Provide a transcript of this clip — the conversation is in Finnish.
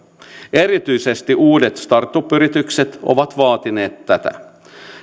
erityisesti uudet startup yritykset ovat vaatineet tätä